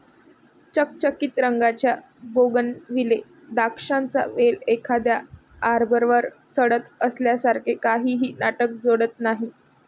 चकचकीत रंगाच्या बोगनविले द्राक्षांचा वेल एखाद्या आर्बरवर चढत असल्यासारखे काहीही नाटक जोडत नाही